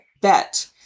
bet